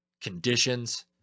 conditions